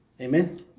Amen